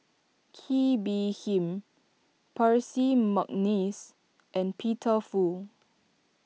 Kee Bee Khim Percy McNeice and Peter Fu